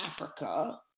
Africa